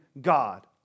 God